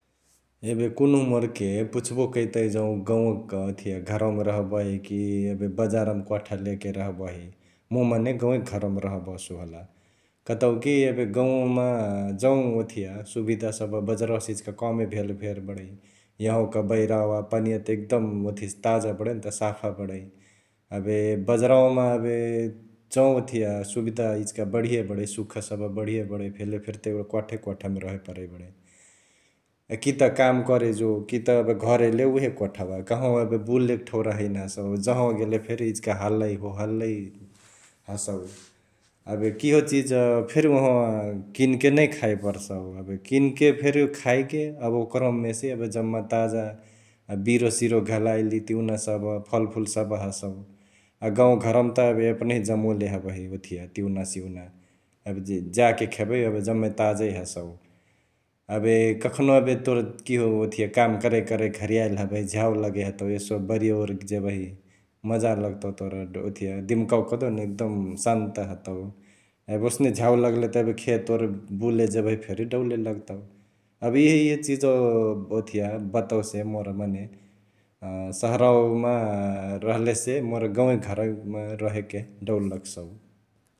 एबे कुन्हु मोरके पुछ्बो करतई जौं गौंव क ओथिय अ घरवामा रहबही कि बजारमा कोठा ले के रहबहि, मुइ मने गौंवै क घरवामा रहब्सु होला । कतौकी एबे गौंवामा जौं ओथिया सुबिधा सभ बजरावा से इचिका कमे भेले फेरी बडै, यह्ँवाक बैरवा पानीया त एकदम ओथिया से ताजा बडैन त साफा बडै । एबे बजरावामा एबे जौं ओथिया सुबिधा इचिका बढिय बडै, सुख सभ बढीय बडै भेले फेरी त एगुडा कोठा कोठा मा रहे परै बडै । की त काम करे जो कि त एबे घर एइले उहे कोठवा, कहवा एबे बुलेके ठौरा हैने हसौ जहवा गेले फेरी इकिका हल्ला होहल्लई हसौ । एबे किहो चिज फेरी ओहवा किन के नै खाए परसउ एबे किन के फेरी खाएके एबे ओकरमेहेसे एबे जम्मा ताजा ,बिरो सिरो घलाईली तिउना सभ फलफुल सभ हसौ । एबे गौंवा घरवमा त एबे यपने जमोले हबही ओथिया तिउना सुउना एबे जाके खेबही एबे जम्मै ताजा हसौ । एबे कखनो एबे तोर किहो ओथिया काम करै करैक हरियाइली हबहि, झ्याउ लगै हतउ एसो बारीया ओरि जेबही मजा लगतउ तोर ओथिया दिमकावा कहदेउन एकदम शान्त हतौ । एबे ओसने झ्याउ लगले त एबे खेत ओरि बुले जेबही फेरी डौले लगतउ । एबे इहे इहे चिजवा ओथिया बातवा से मोर मने सहरावामा रहलेसे मोर गौंवा घरवा मा रहेके डौल लगसौ ।